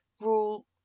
rule